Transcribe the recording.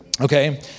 Okay